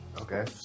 Okay